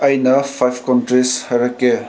ꯑꯩꯅ five countries ꯍꯥꯏꯔꯛꯀꯦ